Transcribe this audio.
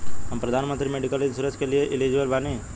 हम प्रधानमंत्री medical insurance के लिए एलिजिबल बानी?